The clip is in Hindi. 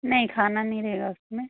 नहीं खाना नहीं रहेगा उसमें